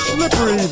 Slippery